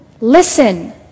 Listen